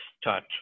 start